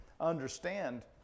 understand